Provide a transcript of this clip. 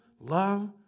love